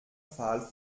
fall